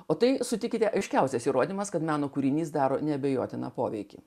o tai sutikite aiškiausias įrodymas kad meno kūrinys daro neabejotiną poveikį